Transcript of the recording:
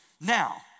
Now